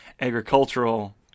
agricultural